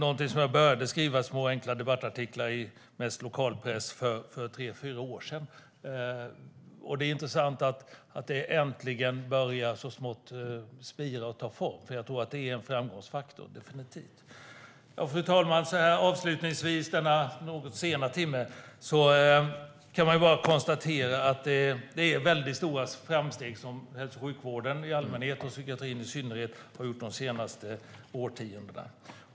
Det är något jag började skriva små enkla debattartiklar om, mest i lokalpress, för tre fyra år sedan. Det är intressant att det äntligen börjar spira och ta form. Det är definitivt en framgångsfaktor. Fru talman! I denna något sena timme konstaterar jag att hälso och sjukvården i allmänhet och psykiatrin i synnerhet har gjort stora framsteg de senaste årtiondena.